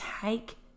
take